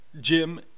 Jim